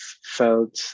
felt